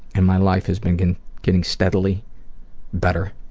and my life has been getting getting steadily better